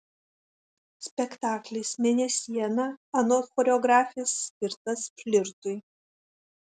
spektaklis mėnesiena anot choreografės skirtas flirtui